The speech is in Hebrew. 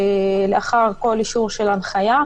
ולאחר כל אישור של הנחיה,